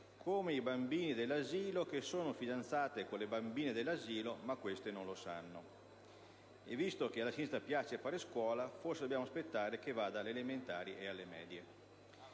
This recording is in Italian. «come i bambini dell'asilo che sono fidanzati con le bambine dell'asilo, ma queste non lo sanno». Visto che alla sinistra piace fare scuola, forse dobbiamo aspettare che vada alle elementari e alle medie.